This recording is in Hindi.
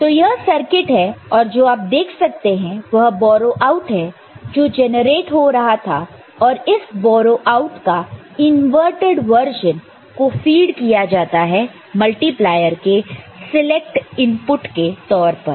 तो यह सर्किट है और जो आप देख सकते हैं वह बोरो आउट है जो जनरेट हो रहा था और इस बोरो आउट का इनवर्टेड वर्जन को फीड किया जाता है मल्टीप्लेयर के सिलेक्ट इनपुट के तौर पर